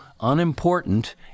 unimportant